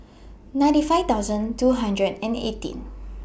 ninety five thousand two hundred and eighteen